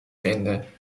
vinden